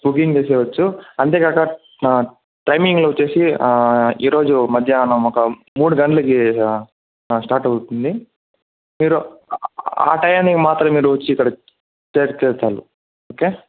booking చేసేయచ్చు అంతేగాక timing వచ్చేసి ఈ రోజు మధ్యానం ఒక మూడు గంట్లకి స్టార్ట్ అవుతుంది మీరు ఆ టైయానికి మాత్రమే మీరు వచ్చి ఇక్కడికి చేరితే చాలు ఓకే